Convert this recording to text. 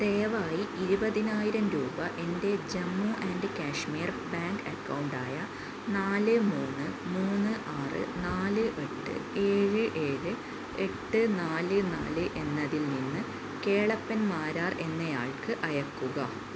ദയവായി ഇരുപതിനായിരം രൂപ എൻ്റെ ജമ്മു ആൻഡ് കാശ്മീർ ബാങ്ക് അക്കൗണ്ടായ നാല് മൂന്ന് മൂന്ന് ആറ് നാല് എട്ട് ഏഴ് ഏഴ് എട്ട് നാല് നാല് എന്നതിൽ നിന്ന് കേളപ്പൻ മാരാർ എന്നയാൾക്ക് അയയ്ക്കുക